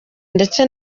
ndetse